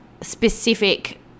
specific